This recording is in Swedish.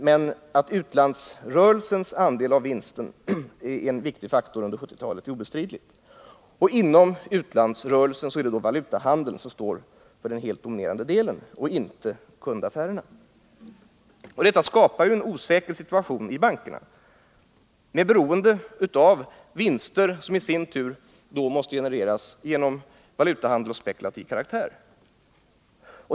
Men att utlandsrörelsens andel av vinsten är en viktig faktor under 1970-talet är obestridligt, och inom utlandsrörelsen är det då valutahandeln, och inte kundaffärerna, som står för den helt dominerande delen. Detta skapar en osäker situation i bankerna, med beroende av vinster, som i sin tur måste genereras genom en valutahandel av spekulativ karaktär.